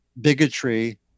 bigotry